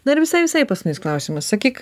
na ir visai visai paskutinis klausimas sakyk